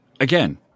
again